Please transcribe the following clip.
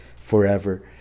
forever